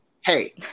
Hey